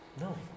No